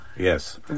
Yes